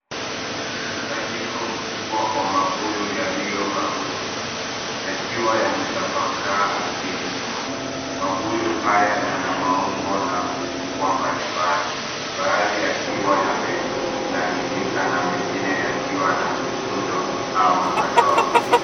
Mkusanyiko mkubwa wa mabuyu yaliyokaushwa yakiwa yametapakaa ardhini. Mabuyu haya yana maumbo na ukubwa mbalimbali. Baadhi yakiwa yamelainika na mengine yakiwa na mikunjo au madoa.